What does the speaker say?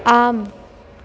आम्